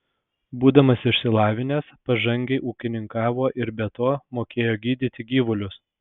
būdamas išsilavinęs pažangiai ūkininkavo ir be to mokėjo gydyti gyvulius